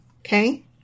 Okay